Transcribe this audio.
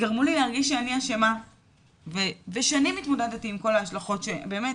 גרמו לי להרגיש שאני אשמה ושנים התמודדתי עם כל ההשלכות שבאמת,